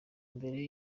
mbere